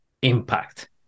impact